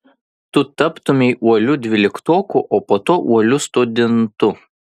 tu taptumei uoliu dvyliktoku o po to uoliu studentu